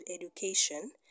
education